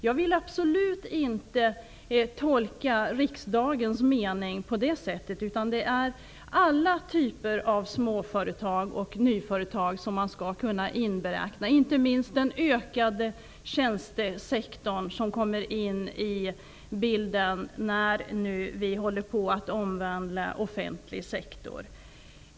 Jag vill absolut inte tolka riksdagens mening på det sättet. Alla småföretag och nyföretag skall kunna inberäknas i detta. Det gäller inte minst den ökande tjänstesektorn. Den kommer in i bilden nu när vi håller på att omvandla den offentliga sektorn.